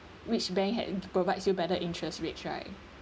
which bank had provides you better interest rates right